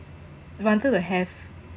wanted to have